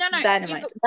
dynamite